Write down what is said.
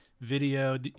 video